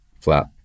flap